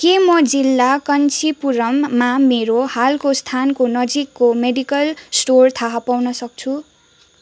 के म जिल्ला कञ्चीपुरममा मेरो हालको स्थानको नजिकको मेडिकल स्टोर थाहा पाउन सक्छु